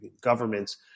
governments